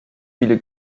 viele